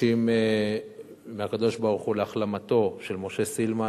ומבקשים מהקדוש-ברוך-הוא, להחלמתו של משה סילמן.